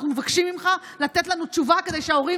אנחנו מבקשים ממך לתת לנו תשובה כדי שההורים